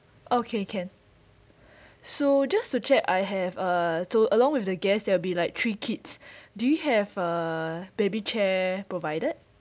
okay can so just to check I have uh told along with the guest there will be like three kids do you have uh baby chair provided